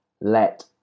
let